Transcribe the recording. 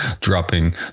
dropping